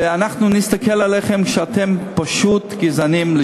ואנחנו נסתכל עליכם פשוט כעל גזענים,